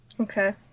Okay